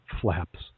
flaps